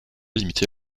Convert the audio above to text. limité